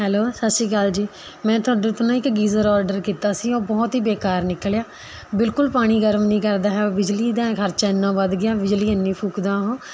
hello ਸਤਿ ਸ਼੍ਰੀ ਅਕਾਲ ਜੀ ਮੈਂ ਤੁਹਾਡੇ ਤੋਂ ਨਾ ਇੱਕ ਗੀਜ਼ਰ ਔਡਰ ਕੀਤਾ ਸੀ ਉਹ ਬਹੁਤ ਹੀ ਬੇਕਾਰ ਨਿਕਲਿਆ ਬਿਲਕੁਲ ਪਾਣੀ ਗਰਮ ਨਹੀਂ ਕਰਦਾ ਹੈ ਬਿਜਲੀ ਦਾ ਖ਼ਰਚਾ ਇੰਨਾਂ ਵੱਧ ਗਿਆ ਬਿਜਲੀ ਇੰਨੀ ਫੂਕਦਾ ਉਹ